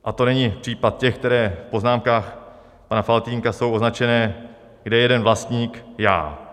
A to není případ těch, které v poznámkách pana Faltýnka jsou označené, kde je jeden vlastník já.